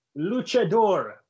Luchador